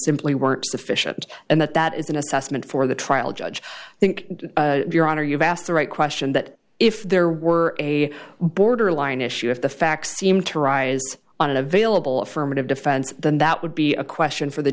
simply weren't sufficient and that that is an assessment for the trial judge think your honor you've asked the right question that if there were a borderline issue if the facts seem to arise on an available affirmative defense then that would be a question for the